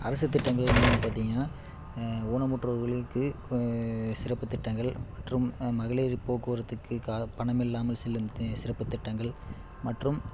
அரசுத் திட்டங்கள் என்னென்னு பார்த்தீங்கன்னா ஊனமுற்றோர்களுக்கு சிறப்பு திட்டங்கள் மற்றும் மகளிர் போக்குவரத்துக்கு கா பணமில்லாமல் செல்லும் தி சிறப்பு திட்டங்கள் மற்றும்